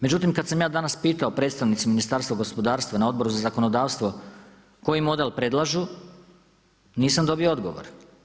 Međutim, kad sam ja danas pitao predstavnicu Ministarstva gospodarstva na Odboru za zakonodavstvo koji model predlažu nisam dobio odgovor.